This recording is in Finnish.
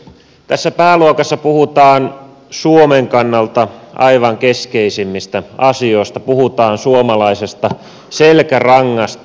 tässä pääluokassa puhutaan suomen kannalta aivan keskeisimmistä asioista puhutaan suomalaisesta selkärangasta